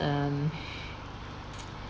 um